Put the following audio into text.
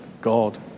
God